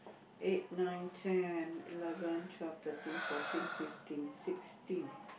eight nine ten eleven twelve thirteen fourteen fifteen sixteen